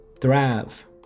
thrive